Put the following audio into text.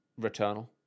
Returnal